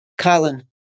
Colin